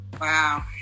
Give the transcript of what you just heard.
Wow